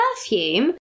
perfume